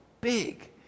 big